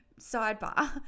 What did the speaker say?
Sidebar